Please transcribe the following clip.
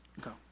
Go